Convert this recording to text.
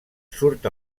surt